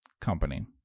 company